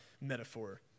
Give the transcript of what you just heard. metaphor